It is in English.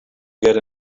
get